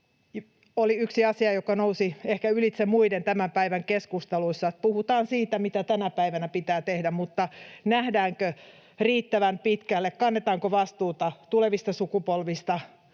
oli yksi asia, joka nousi ehkä ylitse muiden tämän päivän keskustelussa, että puhutaan siitä, mitä tänä päivänä pitää tehdä, mutta nähdäänkö riittävän pitkälle, kannetaanko vastuuta tulevista sukupolvista,